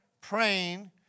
praying